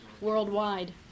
worldwide